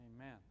Amen